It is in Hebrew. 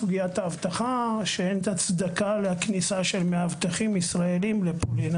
סוגיית האבטחה כשאין הצדקה לכניסת מאבטחים ישראלים לפולין.